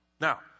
Now